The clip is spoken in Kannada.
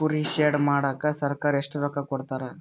ಕುರಿ ಶೆಡ್ ಮಾಡಕ ಸರ್ಕಾರ ಎಷ್ಟು ರೊಕ್ಕ ಕೊಡ್ತಾರ?